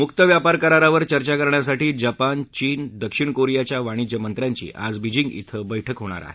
मुक्त व्यापार करारावर चर्चा करण्यासाठी जपान चीन दक्षिण कोरियाच्या वाणिज्य मंत्र्यांची आज बेजिंग क्षें बैठक होणार आहे